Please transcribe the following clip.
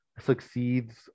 succeeds